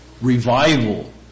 revival